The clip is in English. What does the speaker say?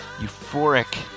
euphoric